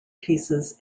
pieces